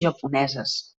japoneses